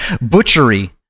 butchery